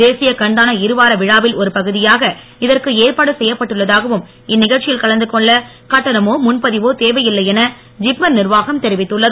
தேசிய கண்தான இருவார விழாவில் ஒருபகுதியாக இதற்கு ஏற்பாடு செய்யப்பட்டுள்ளதாகவும் இந்நிகழ்ச்சியில் கலந்து கொள்ள கண்டனமோ முன்பதிவோ தேவையில்லை என ஜிப்மர் நிர்வாகம் தெரிவித்துள்ளது